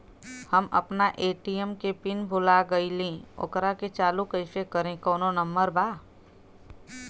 हम अपना ए.टी.एम के पिन भूला गईली ओकरा के चालू कइसे करी कौनो नंबर बा?